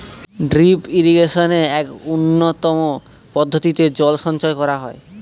drip ইরিগেশনে এক উন্নতম পদ্ধতিতে জল সঞ্চয় করা হয়